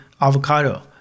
Avocado